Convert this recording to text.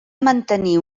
mantenir